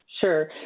sure